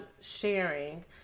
sharing